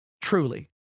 Truly